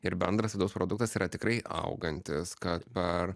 ir bendras vidaus produktas yra tikrai augantis kad per